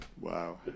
Wow